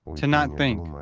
to not think.